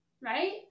right